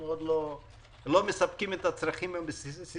אנחנו לא מספקים את הצרכים הבסיסיים.